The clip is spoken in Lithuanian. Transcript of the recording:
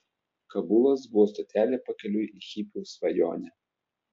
kabulas buvo stotelė pakeliui į hipių svajonę